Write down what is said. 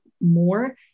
more